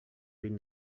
been